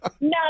no